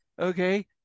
okay